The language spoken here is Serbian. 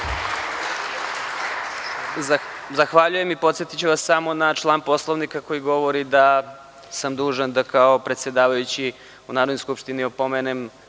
Zahvaljujem. Podsetiću vas samo na član Poslovnika koji govori da sam dužan da kao predsedavajući u Narodnoj skupštini opomenem